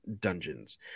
dungeons